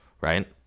right